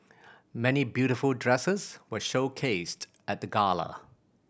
many beautiful dresses were showcased at the gala